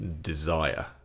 desire